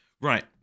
Right